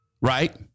Right